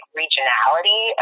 regionality